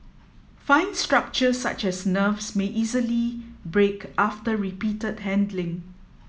fine structures such as nerves may easily break after repeated handling